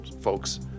folks